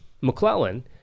McClellan